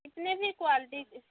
इसमें भी क्वालटी इस